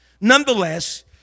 Nonetheless